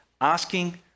asking